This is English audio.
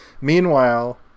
meanwhile